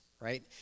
Right